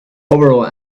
overall